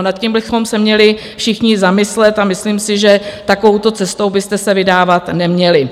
Nad tím bychom se měli všichni zamyslet a myslím si, že takovouto cestou byste se vydávat neměli.